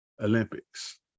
Olympics